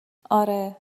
آره